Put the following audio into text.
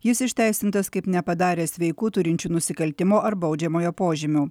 jis išteisintas kaip nepadaręs veikų turinčių nusikaltimo ar baudžiamojo požymių